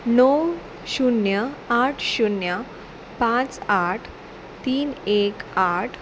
णव शुन्य आठ शुन्य पांच आठ तीन एक आठ